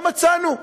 לא מצאנו.